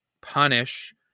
punish